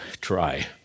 try